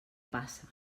passa